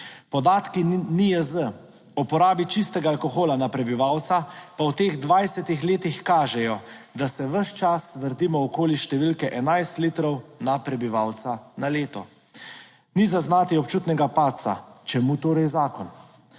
podatki NIJZ o porabi čistega alkohola na prebivalca pa v teh 20 letih kažejo, da se ves čas vrtimo okoli številke 11 litrov na prebivalca na leto. Ni zaznati občutnega padca. Čemu torej zakon?